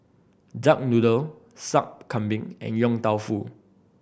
duck noodle Sup Kambing and Yong Tau Foo